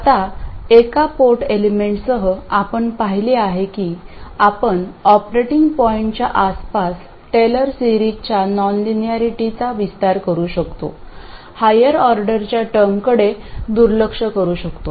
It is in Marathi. आता एका पोर्ट एलिमेंटसह आपण पाहिले आहे की आपण ऑपरेटिंग पॉईंटच्या आसपास टेलर सिरीजच्या नॉनलिनियरिटीचा विस्तार करू शकतो हायर ऑर्डरच्या टर्मकडे दुर्लक्ष करू शकतो